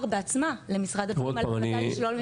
בעצמה למשרד הפנים על החלטה לשלול ממנה מעמד.